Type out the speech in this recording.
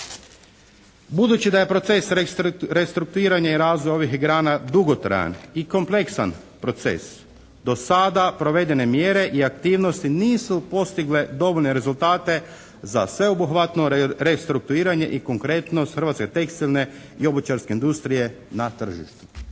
«Budući da je proces restrukturiranja i razvoja ovih grana dugotrajan i kompleksan proces do sada provedene mjere i aktivnosti nisu postigle dovoljne rezultate za sveobuhvatno restrukturiranje i konkretnost hrvatske tekstilne i obućarske industrije na tržištu.»